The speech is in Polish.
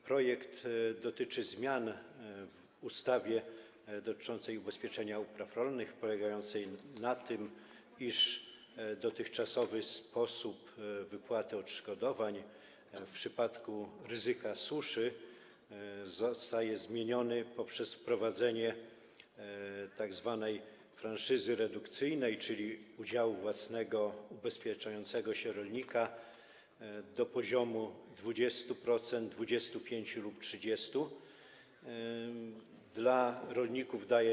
Projekt dotyczy zmiany w ustawie odnoszącej się do ubezpieczenia upraw rolnych, polegającej na tym, iż dotychczasowy sposób wypłaty odszkodowań w przypadku ryzyka suszy zostaje zmieniony poprzez wprowadzenie tzw. franszyzy redukcyjnej, czyli udziału własnego ubezpieczającego się rolnika do poziomu 20%, 25% lub 30%.